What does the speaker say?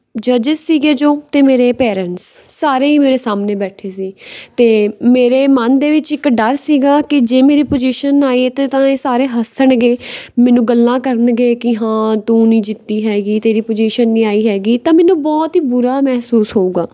ਜੱਜਿਸ ਸੀਗੇ ਜੋ ਅਤੇ ਮੇਰੇ ਪੇਰੈਂਟਸ ਸਾਰੇ ਹੀ ਮੇਰੇ ਸਾਹਮਣੇ ਬੈਠੇ ਸੀ ਅਤੇ ਮੇਰੇ ਮਨ ਦੇ ਵਿੱਚ ਇੱਕ ਡਰ ਸੀਗਾ ਕਿ ਜੇ ਮੇਰੀ ਪੁਜ਼ੀਸ਼ਨ ਨਾ ਆਈ ਇੱਥੇ ਤਾਂ ਇਹ ਸਾਰੇ ਹੱਸਣਗੇ ਮੈਨੂੰ ਗੱਲਾਂ ਕਰਨਗੇ ਕਿ ਹਾਂ ਤੂੰ ਨਹੀਂ ਜਿੱਤੀ ਹੈਗੀ ਤੇਰੀ ਪੁਜ਼ੀਸ਼ਨ ਨਹੀਂ ਆਈ ਹੈਗੀ ਤਾਂ ਮੈਨੂੰ ਬਹੁਤ ਹੀ ਬੁਰਾ ਮਹਿਸੂਸ ਹੋਊਗਾ